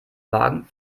wagen